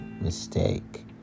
mistake